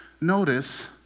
Notice